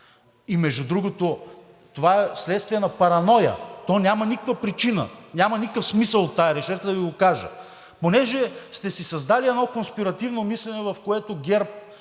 и между другото, това е следствие на параноя. То няма никаква причина, няма никакъв смисъл от тази решетка, да Ви го кажа. Понеже сте си създали едно конспиративно мислене, в което ГЕРБ…